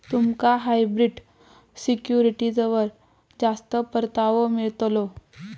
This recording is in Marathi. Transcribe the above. तुमका हायब्रिड सिक्युरिटीजवर जास्त परतावो मिळतलो